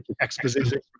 exposition